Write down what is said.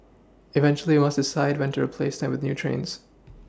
eventually we must decide when to replace them with new trains